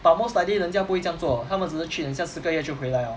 but most likely 人家不会这样做他们只是去很像四个月就回来 liao